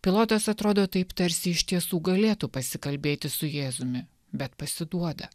pilotas atrodo taip tarsi iš tiesų galėtų pasikalbėti su jėzumi bet pasiduoda